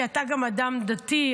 כי אתה גם אדם דתי,